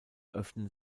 öffnen